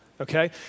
Okay